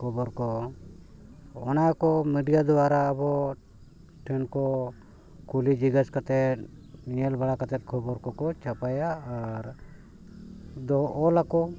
ᱠᱷᱚᱵᱚᱨ ᱠᱚ ᱚᱱᱟ ᱠᱚ ᱢᱤᱰᱤᱭᱟ ᱫᱟᱨᱟ ᱟᱵᱚ ᱴᱷᱮᱱ ᱠᱚ ᱠᱩᱞᱤ ᱡᱤᱜᱽᱜᱮᱥ ᱠᱟᱛᱮᱫ ᱧᱮᱞ ᱵᱟᱲᱟ ᱠᱟᱛᱮ ᱠᱷᱚᱵᱚᱨ ᱠᱚᱠᱚ ᱪᱟᱯᱟᱭᱟ ᱟᱨ ᱫᱚ ᱚᱞ ᱟᱠᱚ